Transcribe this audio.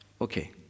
Okay